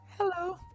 Hello